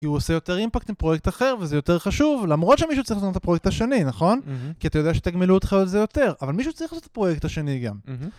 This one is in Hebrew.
כי הוא עושה יותר אימפקט עם פרויקט אחר, וזה יותר חשוב, למרות שמישהו צריך לעשות את הפרויקט השני, נכון? כי אתה יודע שיתגמלו אותך על זה יותר, אבל מישהו צריך לעשות את הפרויקט השני גם.